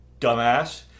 dumbass